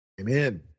Amen